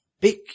big